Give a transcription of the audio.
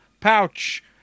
pouch